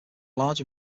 large